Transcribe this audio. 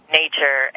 nature